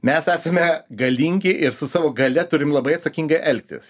mes esame galingi ir su savo galia turim labai atsakingai elgtis